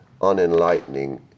unenlightening